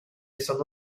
sono